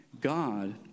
God